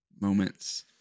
moments